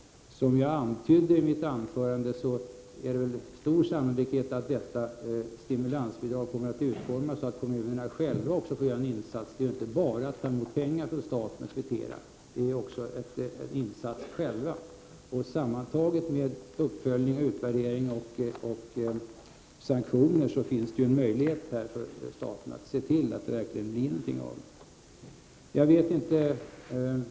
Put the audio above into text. Som jag antytt i mitt anförande kommer detta stimulansbidrag med stor sannolikhet att utformas på så sätt att kommunerna själva får göra en insats. Det går ju inte att bara kvittera ut pengar från staten. De måste göra en insats själva också. Uppföljning, utvärdering och sanktioner sammantagna ger staten en möjlighet att se till att det verkligen blir resultat av detta. Herr talman!